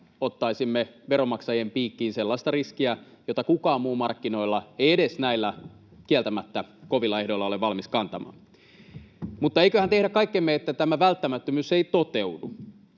ottaisimme veronmaksajien piikkiin sellaista riskiä, jota kukaan muu markkinoilla, edes näillä kieltämättä kovilla ehdoilla, ei ole valmis kantamaan. Mutta eiköhän tehdä kaikkemme, että tämä välttämättömyys ei toteudu,